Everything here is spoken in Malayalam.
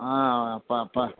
ആ അപ്പോള് അപ്പോള്